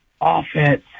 offense